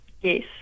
Yes